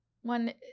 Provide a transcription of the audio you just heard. one –